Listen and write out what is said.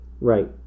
Right